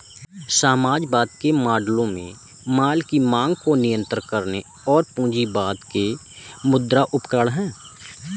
समाजवाद के मॉडलों में माल की मांग को नियंत्रित करने और पूंजीवाद के मुद्रा उपकरण है